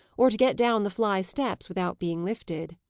or to get down the fly steps without being lifted.